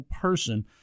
person